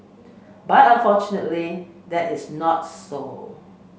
but unfortunately that is not so